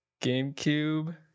GameCube